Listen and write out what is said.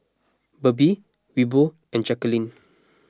Berdie Wilbur and Jaquelin